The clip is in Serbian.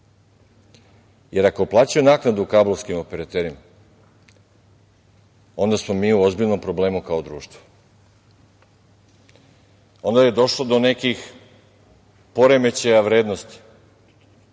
Jer, ako plaćaju naknadu kablovskim operaterima, onda smo mi u ozbiljnom problemu kao društvo. Onda je došlo do nekih poremećaja vrednosti. Ne